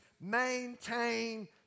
Maintain